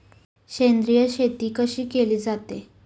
सेंद्रिय शेती कशी केली जाते?